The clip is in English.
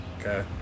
Okay